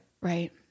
Right